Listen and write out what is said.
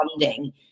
funding